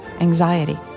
anxiety